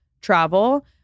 travel